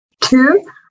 two